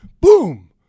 boom